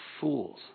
fools